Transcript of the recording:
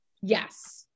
Yes